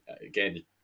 again